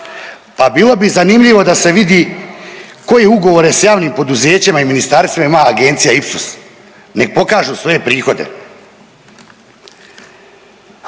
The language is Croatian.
Pa bilo bi zanimljivo da se vidi koje ugovore s javnim poduzećima i ministarstvima imala agencija Ipsos, nek pokažu svoje prihode.